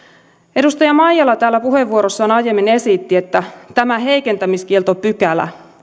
edustaja maijala täällä puheenvuorossaan aiemmin esitti että tämä heikentämiskieltopykälä